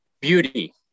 beauty